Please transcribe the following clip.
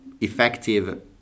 effective